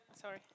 sorry